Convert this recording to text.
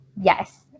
Yes